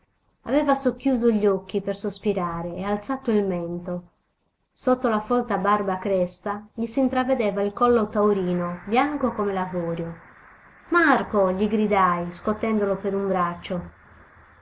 guardarlo aveva socchiuso gli occhi per sospirare e alzato il mento sotto la folta barba crespa gli s'intravedeva il collo taurino bianco come l'avorio marco gli gridai scotendolo per un braccio